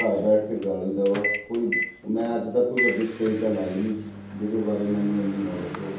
ਘਰ ਬੈਠ ਕੇ ਗਾ ਲਈਦਾ ਵਾ ਕੋਈ ਮੈਂ ਅੱਜ ਤੱਕ ਕੋਈ ਵੱਡੀ ਸਟੇਜ ਤਾਂ ਲਾਈ ਨਹੀਂ ਜਿਹਦੇ ਬਾਰੇ ਮੈਨੂੰ ਇੰਨੀ ਨੌਲੇਜ ਹੋਵੇ